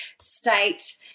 state